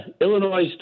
Illinois